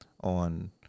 on